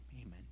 amen